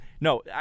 No